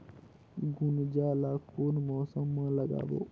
गुनजा ला कोन मौसम मा लगाबो?